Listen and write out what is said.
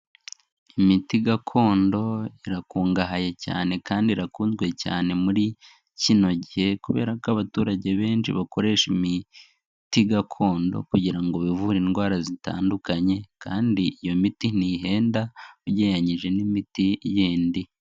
Imiti gakondo irakungahaye cyane kandi irakunzwe cyane muri kino gihe, kubera ko abaturage benshi bakoresha imiti gakondo kugira ngo bivure indwara zitandukanye kandi iyo miti ntihenda ugereranyije n'imiti yindi.